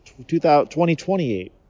2028